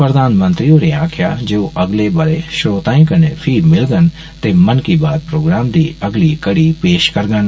प्रधानमंत्री होरें आक्खेआ जे ओह अगले बरे श्रोताएं कन्नै फही मिलगंन ते मन की बात प्रोग्राम दी अगली कड़ी पेष करगंन